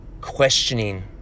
questioning